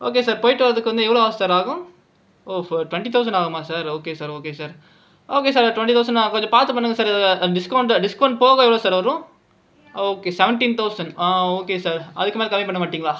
okay sir போயிட்டு வரத்துக்கு எவ்வளவு ஹார்ஸ் சார் ஆகும் ஓ ஃப் டொண்டி தௌஸன்ட் ஆகுமா sir okay sir okay sir okay sir twenty thousand கொஞ்சம் பார்த்து பண்ணுங்கள் சார் டிஸ்கவுண்ட் டிஸ்கவுண்ட் போக எவ்வளோ சார் வரும் ஓகே சார் செவண்டின் தௌஸன் ஆ ஓகே சார் அதுக்கு மேலே கம்மி பண்ண மாட்டீங்களா